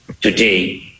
today